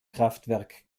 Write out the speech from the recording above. kraftwerk